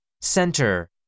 Center